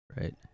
right